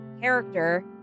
character